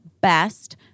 best